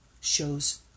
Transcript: shows